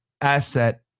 asset